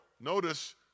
Notice